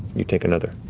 you take another.